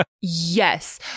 yes